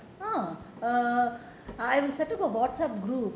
oh err I'm setting a WhatsApp group